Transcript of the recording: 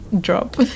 drop